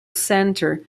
centre